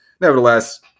nevertheless